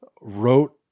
wrote